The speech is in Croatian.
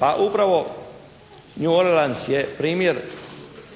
A upravo New Orleans je primjer